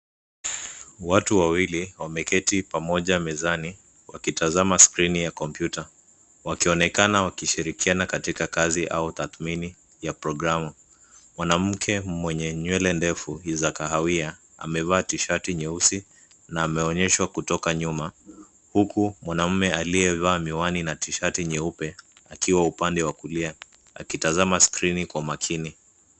Watu wawili wameketi pamoja mezani wakitazama skrini ya kompyuta wakionekana wakishirikiana katika kazi au tathmini ya programu. Mwanamke mwenye nywele ndefu za kahawia amevaa tisheti nyeusi na ameonyeshwa kutoka nyuma huku mwanaume aliyevaa miwani na tishati nyeupe akiwa upande wa kulia akitazama skrini wa umakini.